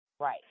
Right